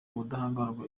ubudahangarwa